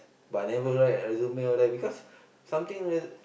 but I never write resume all that because something re~